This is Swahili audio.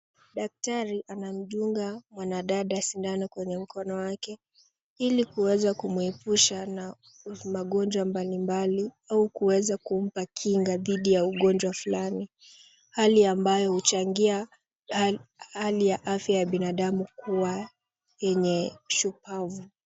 Daktari anamdunga mwanadada sindano kwenye mkono wake ili kuweza kumwepusha na magonjwa mbalimbali au kuweza kumpa kinga dhidi ya ugonjwa fulani hali ambayo huchangia hali ya afya ya binadamu kuwa yenye shupavu.